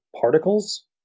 particles